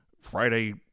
friday